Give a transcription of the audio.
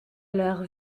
leurs